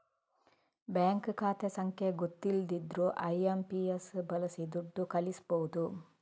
bank ಖಾತೆ ಸಂಖ್ಯೆ ಗೊತ್ತಿಲ್ದಿದ್ರೂ ಐ.ಎಂ.ಪಿ.ಎಸ್ ಬಳಸಿ ದುಡ್ಡು ಕಳಿಸ್ಬಹುದು